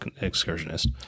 excursionist